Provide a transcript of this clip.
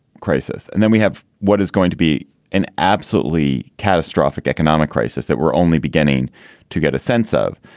crisis, and then we have what is going to be an absolutely catastrophic economic crisis that we're only beginning to get a sense of.